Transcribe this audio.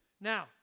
Now